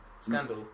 scandal